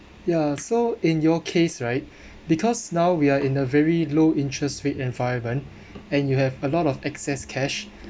ya so in your case right because now we are in a very low interest rate environment and you have a lot of excess cash